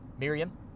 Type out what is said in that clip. Miriam